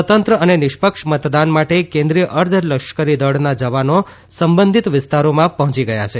સ્વાતંત્ર ને નિષ્પક્ષ મતદાન માટે કેન્દ્રિય ર્ધ લશ્કરી દળના જવાનો સંબંધિત વિસ્તારોમાં પહોંચી ગયા છે